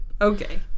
Okay